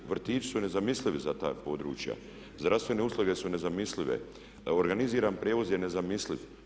Vrtići su nezamislivi za ta područja, zdravstvene usluge su nezamislive, organizirani prijevoz je nezamisliv.